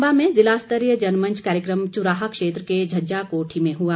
चम्बा में ज़िलास्तरीय जनमंच कार्यक्रम चुराह क्षेत्र के झज्जा कोठी में हुआ